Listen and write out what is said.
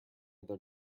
other